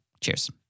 Cheers